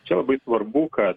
čia labai svarbu kad